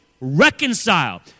Reconcile